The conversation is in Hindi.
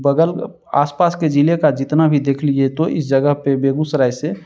बगल आसपास के ज़िले का जितना भी देख लीजिए तो इस जगह पर बेगूसराय से